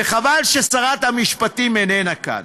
וחבל ששרת המשפטים איננה כאן,